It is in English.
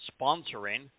sponsoring